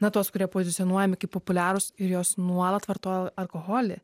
na tuos kurie pozicionuojami kaip populiarūs ir jos nuolat vartoja alkoholį